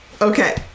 Okay